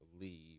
Leave